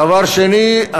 דבר שני,